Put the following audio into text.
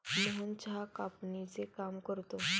मोहन चहा कापणीचे काम करतो